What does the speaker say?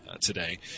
today